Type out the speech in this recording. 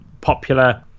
popular